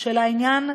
של העניין,